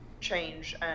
change